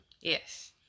Yes